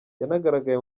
yanagaragaye